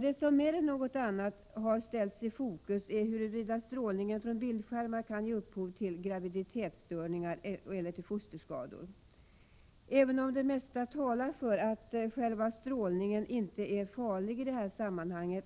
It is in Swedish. Det som mer än något annat har ställts i fokus är frågan huruvida strålningen från bildskärmar kan ge upphov till graviditetsstörningar eller fosterskador. Även om det mesta talar för att själva strålningen inte är farlig i det här sammanhanget,